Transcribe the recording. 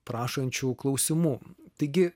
prašančių klausimų taigi